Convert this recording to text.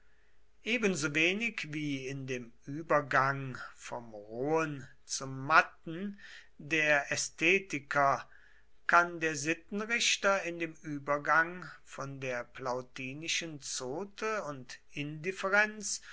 ebensowenig wie in dem übergang vom rohen zum matten der ästhetiker kann der sittenrichter in dem übergang von der plautinischen zote und